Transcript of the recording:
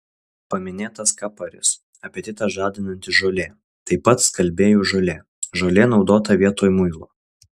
paminėtas kaparis apetitą žadinanti žolė taip pat skalbėjų žolė žolė naudota vietoj muilo